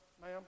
ma'am